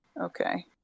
Okay